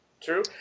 true